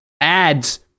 ads